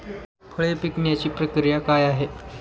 फळे पिकण्याची प्रक्रिया काय आहे?